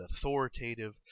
authoritative